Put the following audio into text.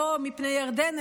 לא מפני ירדן,